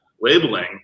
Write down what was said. labeling